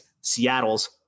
seattle's